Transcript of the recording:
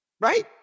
right